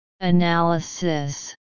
Analysis